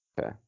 Okay